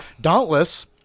dauntless